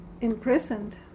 imprisoned